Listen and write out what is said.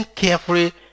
carefully